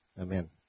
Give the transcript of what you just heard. Amen